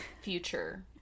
future